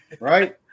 Right